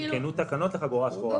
אבל הותקנו תקנות לחגורה שחורה.